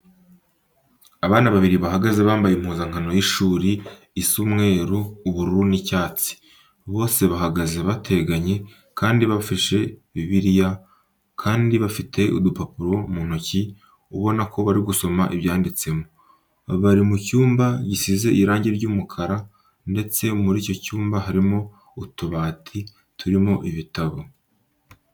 Abana babiri bahagaze bambaye impuzankano y'ishuri isa umweru, ubururu n'icyatsi. Bose bahagaze bateganye kandi bafishe kuri Bibiriya kandi bafite udupapuro mu ntoki ubona ko bari gusoma ibyanditseho. Bari mu cyumba gisize irange ry'umukara ndetse muri icyo cyumba harimo utubati turimo ibitabo.